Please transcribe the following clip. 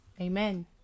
amen